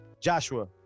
Joshua